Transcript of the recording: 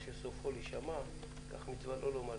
פשוט הייתה לנו את הנשיאות וניסיתי להגיע ככה כמה שיותר מהר.